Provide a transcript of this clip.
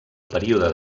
període